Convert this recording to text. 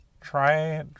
try